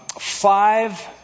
five